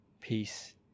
peace